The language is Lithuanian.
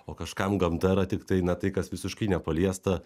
o kažkam gamta yra tiktai na tai kas visiškai nepaliesta